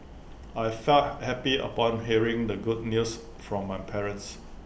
I felt happy upon hearing the good news from my parents